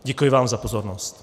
Děkuji vám za pozornost.